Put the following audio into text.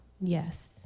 Yes